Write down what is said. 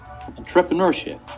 entrepreneurship